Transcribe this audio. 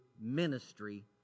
ministry